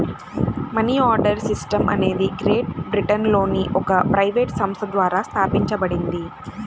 money order system అనేది great బ్రిటన్లోని ఒక ప్రైవేట్ సంస్థ ద్వారా స్థాపించబడింది